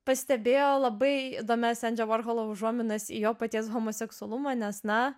pastebėjo labai įdomias endžio vorholo užuominas į jo paties homoseksualumą nes na